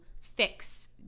fix